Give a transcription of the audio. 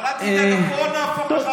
אבל אל תדאג, הכול נהפוך לך על הראש, על הראש.